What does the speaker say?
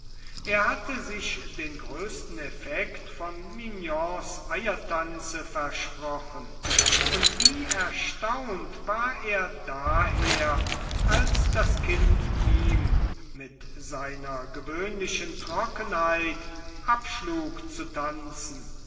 er hatte sich den größten effekt von mignons eiertanze versprochen und wie erstaunt war er daher als das kind ihm mit seiner gewöhnlichen trockenheit abschlug zu tanzen